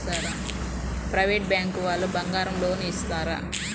Private bank వాళ్ళు బంగారం loan ఇస్తారా?